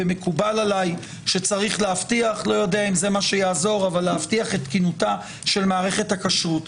ומקובל עליי שצריך להבטיח את תקינותה של מערכת הכשרות.